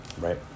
right